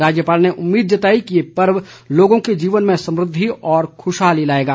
राज्यपाल ने उम्मीद जताई कि ये पर्व लोगों के जीवन में समृद्धि और खुशहाली लाएगा